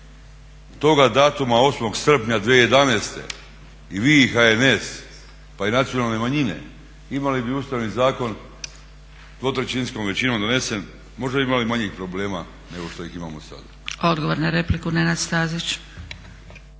Odgovor na repliku Nenad Stazić.